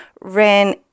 ran